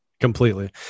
completely